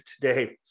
today